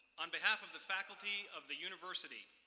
on behalf of the faculty of the university,